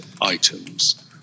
items